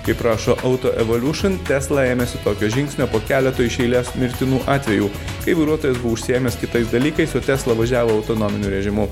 kaip rašo auto evoliūšin tesla ėmėsi tokio žingsnio po keleto iš eilės mirtinų atvejų kai vairuotojas buvo užsiėmęs kitais dalykais o tesla važiavo autonominiu režimu